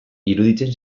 iruditzen